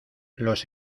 los